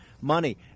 money